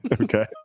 Okay